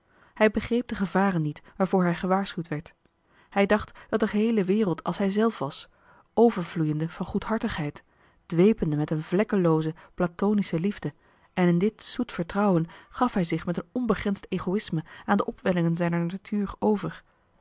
hij begreep de gevaren niet waarvoor hij gewaarschuwd werd hij dacht dat de geheele wereld als hij zelf was overvloeiende van goedhartigheid dwepende met een vlekkelooze platonische liefde en in dit zoet vertrouwen gaf hij zich met een onbegrensd egoïsme aan de opwellingen zijner natuur over